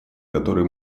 которые